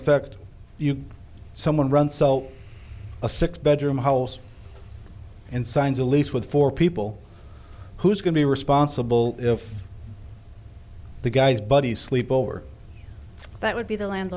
effect you someone run so a six bedroom house and signs a lease with four people who's going to be responsible if the guy's buddies sleep over that would be the